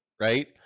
right